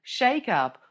shakeup